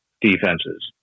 defenses